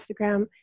Instagram